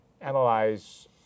analyze